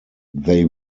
they